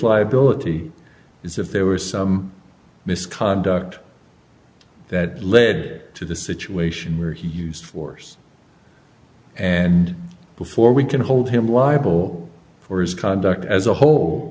liability is if there was some misconduct that led to the situation where he used force and before we can hold him liable for his conduct as a whole